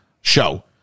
show